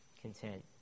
content